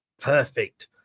Perfect